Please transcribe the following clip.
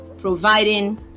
providing